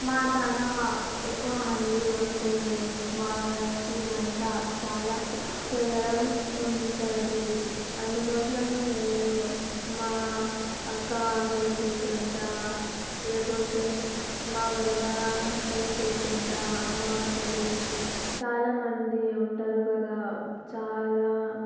మా తాన ఎక్కువ మంది వస్తే వాళ్ళకి వంట చాలా చేయడం ఉంటుంది అందుకోసం నేను మా అక్క హెల్ప్ తీసుకుంటాను లేకుంటే మా వదిన హెల్ప్ తీసుకుంటాను అమ్మ ఉంటుంది చాలా మంది ఉంటారు కదా చాలా